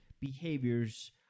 behaviors